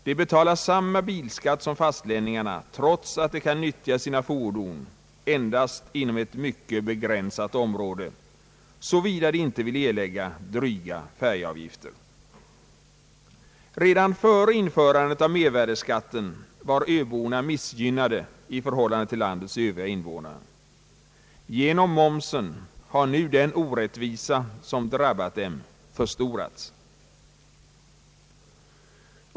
De betalar samma bilskatt som fastlänningarna trots att de kan nyttja sina fordon endast inom ett mycket begränsat område, såvida de inte vill erlägga dryga färjeavgifter. Redan före införandet av mervärdeskatten var öborna missgynnade i förhållande till landets övriga invånare. Genom momsen har nu den orättvisa som drabbat dem förstorats.